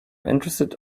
interested